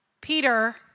Peter